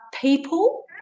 people